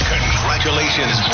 Congratulations